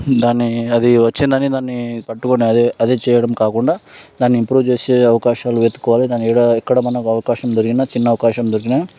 దాన్ని అది వచ్చిందని దాన్ని పట్టుకొని అది చేయడం కాకుండా దాన్ని ఇంప్రూవ్ చేసే అవకాశాలు వెతుక్కోవాలి దాన్ని ఎక్కడ ఎక్కడ మనకి అవకాశం దొరికినా చిన్న చిన్న అవకాశం దొరికినా